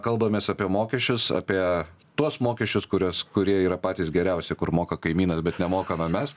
kalbamės apie mokesčius apie tuos mokesčius kuriuos kurie yra patys geriausi kur moka kaimynas bet nemokame mes